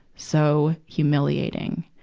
so humiliating.